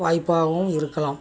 வாய்ப்பாகவும் இருக்கலாம்